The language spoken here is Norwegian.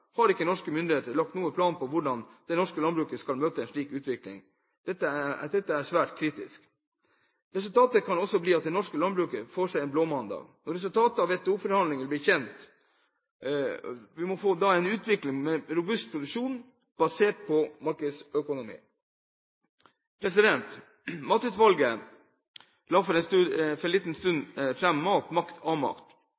har ikke norske myndigheter lagt noen plan for hvordan det norske landbruket skal møte en slik utvikling. Dette er svært kritisk. Resultatet kan bli at det norske landbruket får seg en blåmandag når resultatet fra WTO-forhandlingene blir kjent. Vi må få en ny utvikling av en robust produksjon, basert på markedsøkonomi. Matkjedeutvalget la for en liten